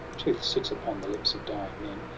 truth sits upon the lips of dying men,